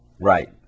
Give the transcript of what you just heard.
Right